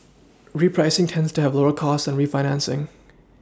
repricing tends to have lower costs than refinancing